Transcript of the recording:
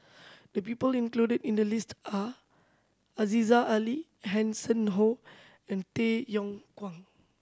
the people included in the list are Aziza Ali Hanson Ho and Tay Yong Kwang